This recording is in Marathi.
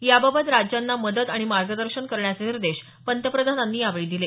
याबाबत राज्यांना मदत आणि मार्गदर्शन करण्याचे निर्देश पंतप्रधानांनी यावेळी दिले